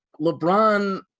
LeBron